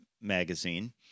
magazine